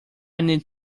need